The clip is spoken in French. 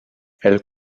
elle